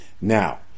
Now